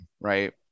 Right